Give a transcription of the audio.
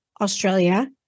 Australia